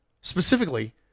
Specifically